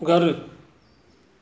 घरु